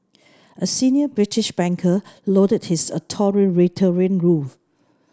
a senior British banker lauded his authoritarian rule